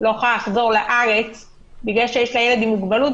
לא יכולה לחזור לארץ כי יש לה ילד עם מוגבלות,